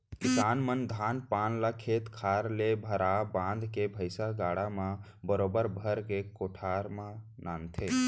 किसान मन धान पान ल खेत खार ले भारा बांध के भैंइसा गाड़ा म बरोबर भर के कोठार म लानथें